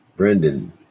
Brendan